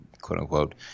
quote-unquote